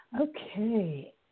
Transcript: Okay